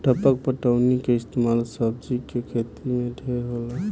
टपक पटौनी के इस्तमाल सब्जी के खेती मे ढेर होला